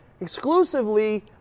exclusively